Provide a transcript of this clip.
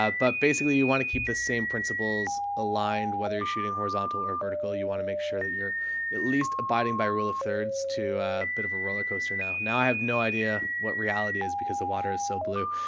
ah but basically you want to keep the same principles aligned, whether you're shooting horizontal or vertical, you want to make sure that you're at least abiding by rule of thirds to a bit of a roller coaster. now, now i have no idea what reality is because the water is so blue,